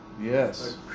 Yes